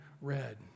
read